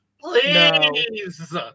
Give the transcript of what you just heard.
Please